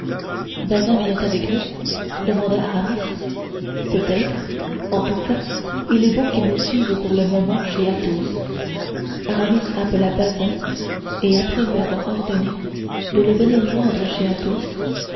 bazin vient avec nous demanda aramis peut-être en tout cas il est bon qu'il nous suive pour le moment chez athos aramis appela bazin et après lui avoir ordonné de le venir joindre chez athos